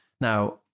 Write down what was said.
Now